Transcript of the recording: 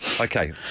Okay